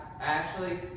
Ashley